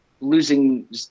losing